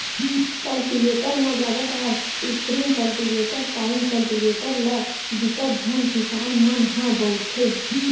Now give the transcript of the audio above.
cultivator म जादातर spring cultivator, tine cultivator ल बिकट झन किसान मन ह बउरथे